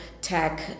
tech